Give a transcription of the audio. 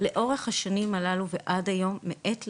לאורך השנים הללו ועד היום מעת לעת,